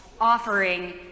offering